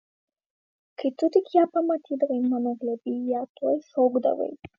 kai tu tik ją pamatydavai mano glėby ją tuoj šaukdavai